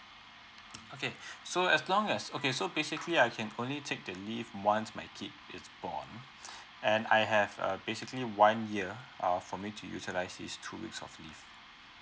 okay so as long as okay so basically I can only take the leave once my kid is born and I have uh basically one year err for me to utilise these two weeks of leave